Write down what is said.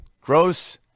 Gross